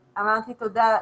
תודה,